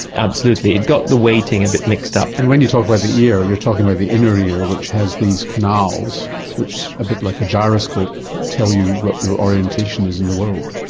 absolutely, it got the weighting a bit mixed up. and when you talk about the ear, you're talking about the inner ear which has these canals which, a bit like a gyroscope, tell you what your orientation is in the world.